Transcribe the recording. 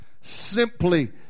simply